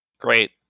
Great